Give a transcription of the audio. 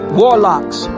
warlocks